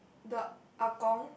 the ah gong